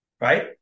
Right